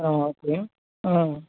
okay